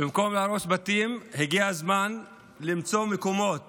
במקום להרוס בתים, הגיע הזמן למצוא מקומות